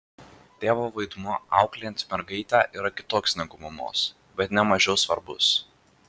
tėvo vaidmuo auklėjant mergaitę yra kitoks negu mamos bet ne mažiau svarbus